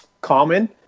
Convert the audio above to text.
common